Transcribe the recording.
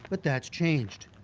but that's changed.